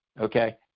okay